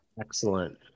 Excellent